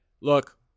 look